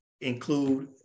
include